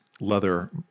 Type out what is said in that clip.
leather